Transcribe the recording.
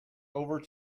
over